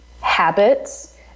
habits